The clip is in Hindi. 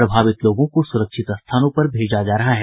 प्रभावित लोगों को सुरक्षित स्थानों पर भेजा जा रहा है